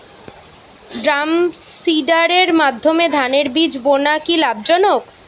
ড্রামসিডারের মাধ্যমে ধানের বীজ বোনা কি লাভজনক?